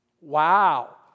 Wow